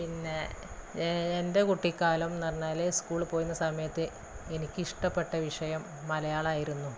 പിന്നെ എൻ്റെ കുട്ടിക്കാലം എന്ന് പറഞ്ഞാൽ സ്കൂളിൽ പോകുന്ന സമയത്ത് എനിക്ക് ഇഷ്ടപ്പെട്ട വിഷയം മലയാളമായിരുന്നു